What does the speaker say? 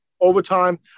overtime